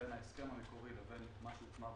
בין ההסכם המקורי לבין מה שהוטמע בצו.